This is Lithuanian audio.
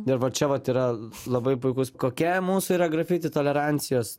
ir va čia vat yra labai puikus kokia mūsų yra grafiti tolerancijos